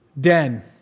den